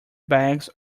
bags